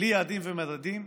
בלי יעדים ומדדים,